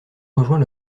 rejoint